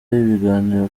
ibiganiro